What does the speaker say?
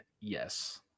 yes